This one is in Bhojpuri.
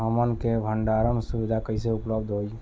हमन के भंडारण सुविधा कइसे उपलब्ध होई?